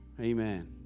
Amen